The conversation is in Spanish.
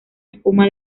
espuma